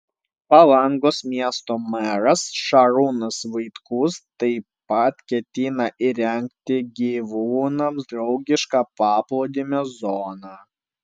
palangos miesto meras šarūnas vaitkus taip pat ketina įrengti gyvūnams draugišką paplūdimio zoną